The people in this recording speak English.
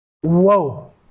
Whoa